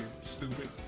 Stupid